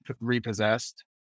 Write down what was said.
repossessed